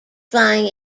flying